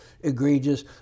egregious